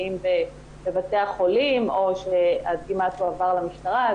האם בבתי החולים או שהדגימה תועבר למשטרה?